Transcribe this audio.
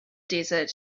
desert